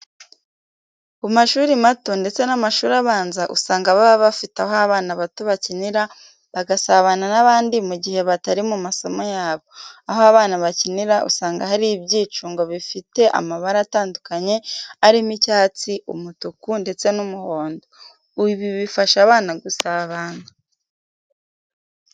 Ku mashuri mato ndetse n'amashuri abanza, usanga baba bafite aho abana bato bakinira bagasabana n'abandi mu gihe batari mu masomo yabo. Aho abana bakinira usanga hari ibyicungo bifite amabara atandukanye arimo icyatsi, umutuku, ndetse n'umuhondo. Ibi bifasha abana gusabana.